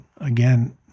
again